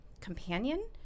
companion